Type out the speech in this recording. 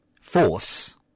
force